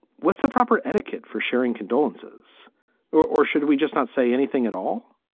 what's the proper etiquette for sharing condolences or or should we just not say anything at all?